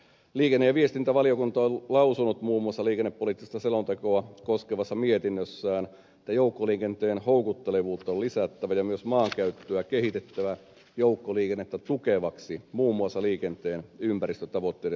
liikenne ja viestintävaliokunta on lausunut muun muassa liikennepoliittista selontekoa koskevassa mietinnössään että joukkoliikenteen houkuttelevuutta on lisättävä ja myös maankäyttöä kehitettävä joukkoliikennettä tukevaksi muun muassa liikenteen ympäristötavoitteiden saavuttamiseksi